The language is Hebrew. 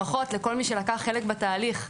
ברכות לכל מי שלקח חלק בתהליך.